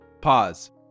Pause